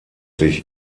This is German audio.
sich